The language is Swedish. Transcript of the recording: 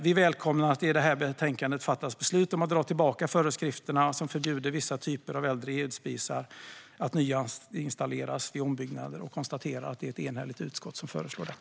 Vi välkomnar att det i detta betänkande fattas beslut om att dra tillbaka föreskrifterna som förbjuder att vissa typer av äldre vedspisar nyinstalleras vid ombyggnader och konstaterar att det är ett enhälligt utskott som föreslår detta.